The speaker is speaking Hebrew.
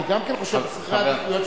אני גם חושב שסדרי עדיפויות,